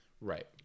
Right